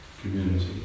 community